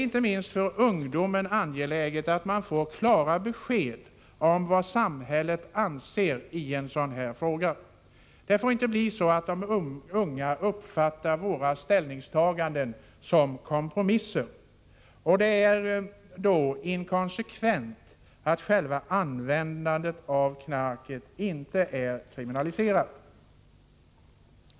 Inte minst för ungdomarna är det angeläget att få klara besked om vad samhället anser om narkotikan som sådan. Det får inte bli så att de unga uppfattar våra ställningstaganden som kompromisser. Det är inkonsekvent att själva användandet av knarket inte är kriminaliserat.